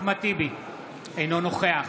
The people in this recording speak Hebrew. אינו נוכח